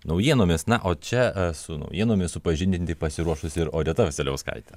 naujienomis na o čia esu naujienomis supažindinti pasiruošusi ir odeta vasiliauskaitė